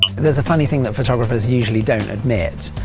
there is a funny thing that photographers usually don't admit,